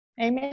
Amen